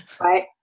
Right